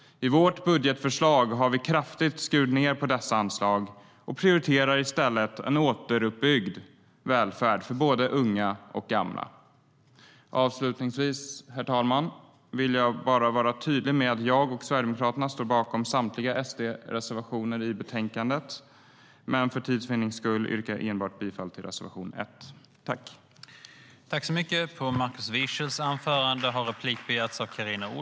I vårt budgetförslag har vi skurit ned kraftigt på dessa anslag och prioriterar i stället en återuppbyggd välfärd för både unga och gamla.